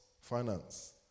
finance